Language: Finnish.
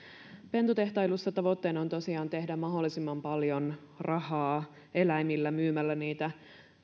pentutehtailussa tavoitteena on tehdä mahdollisimman paljon rahaa eläimillä myymällä niitä